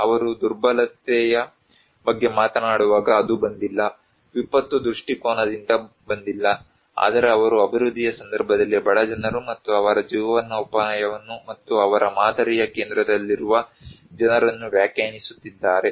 ಅವರು ದುರ್ಬಲತೆಯ ಬಗ್ಗೆ ಮಾತನಾಡುವಾಗ ಅದು ಬಂದಿಲ್ಲ ವಿಪತ್ತು ದೃಷ್ಟಿಕೋನದಿಂದ ಬಂದಿಲ್ಲ ಆದರೆ ಅವರು ಅಭಿವೃದ್ಧಿಯ ಸಂದರ್ಭದಲ್ಲಿ ಬಡ ಜನರು ಮತ್ತು ಅವರ ಜೀವನೋಪಾಯವನ್ನು ಮತ್ತು ಅವರ ಮಾದರಿಯ ಕೇಂದ್ರದಲ್ಲಿರುವ ಜನರನ್ನು ವ್ಯಾಖ್ಯಾನಿಸುತ್ತಿದ್ದಾರೆ